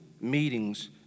meetings